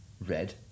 red